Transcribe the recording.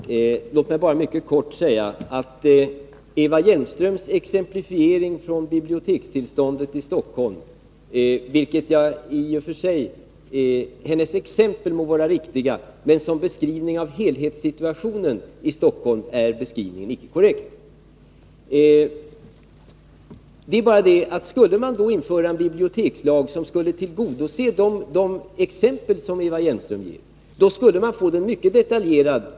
Herr talman! Låt mig bara mycket kort säga följande om Eva Hjelmströms exemplifiering när det gäller bibliotekstillståndet i Stockholm. Hennes exempel må vara riktiga, men som beskrivning av helhetssituationen i Stockholm är beskrivningen icke korrekt. Skulle man införa en bibliotekslag som tillgodosåg önskemålen i de exempel som Eva Hjelmström ger, skulle den bli mycket detaljerad.